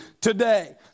today